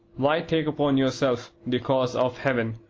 why take upon yourself the cause of heaven?